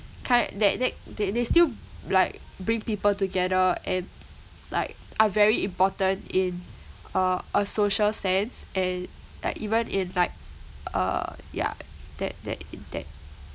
kind that that they they still like bring people together and like are very important in uh a social sense and like even in like uh yeah that that intent